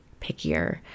pickier